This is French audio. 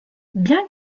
bien